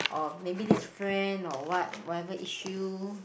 or maybe this friend or what whatever issue